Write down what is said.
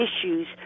issues